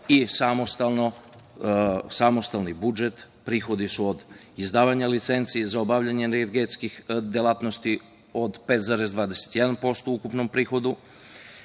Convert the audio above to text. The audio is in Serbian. i samostalni budžet, prihodi su od izdavanja licenci za obavljanje energetske delatnosti od 5,21% u ukupnom prihodu.